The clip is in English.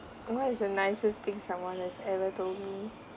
what is the nicest thing someone has ever told me